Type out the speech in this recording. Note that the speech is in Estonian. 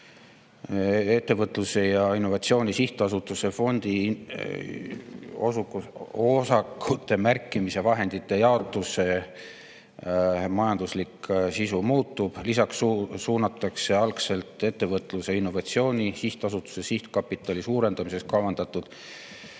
Ettevõtluse ja Innovatsiooni Sihtasutuse fondiosakute märkimise vahendite jaotuse majanduslik sisu muutub. Lisaks suunatakse algselt Ettevõtluse ja Innovatsiooni Sihtasutuse sihtkapitali suurendamiseks kavandatud